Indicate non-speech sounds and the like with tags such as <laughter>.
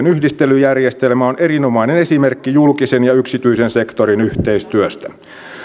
<unintelligible> yhdistelyjärjestelmä on erinomainen esimerkki julkisen ja yksityisen sektorin yhteistyöstä